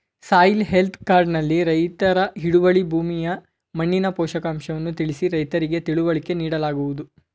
soil health card ನಲ್ಲಿ ರೈತರ ಹಿಡುವಳಿ ಭೂಮಿಯ ಮಣ್ಣಿನ ಪೋಷಕಾಂಶವನ್ನು ತಿಳಿಸಿ ರೈತರಿಗೆ ತಿಳುವಳಿಕೆ ನೀಡಲಾಗುವುದು